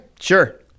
sure